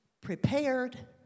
prepared